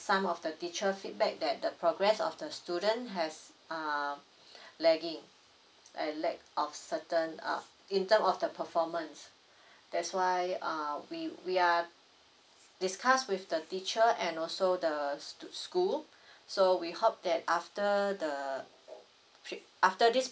some of the teacher feedback that the progress of the student has uh lagging and lack of certain uh in term of the performance that's why uh we we are discuss with the teacher and also the the school so we hope that after the uh trip after this